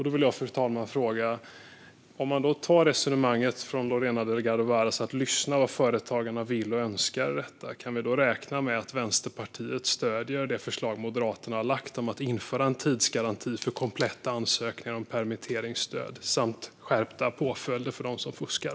Då vill jag fråga, fru talman: Kan vi utifrån Lorena Delgado Varas resonemang om att lyssna på vad företagarna vill och önskar i detta räkna med att Vänsterpartiet stöder det förslag Moderaterna har lagt fram om att införa en tidsgaranti för kompletta ansökningar om permitteringsstöd samt skärpta påföljder för dem som fuskar?